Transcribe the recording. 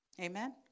Amen